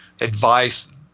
advice